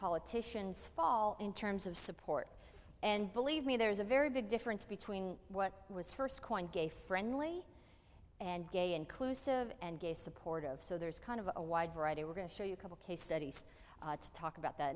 politicians fall in terms of support and believe me there's a very big difference between what was first coined gay friendly and gay inclusive and gay supportive so there's kind of a wide variety we're going to show you a couple case studies to talk about that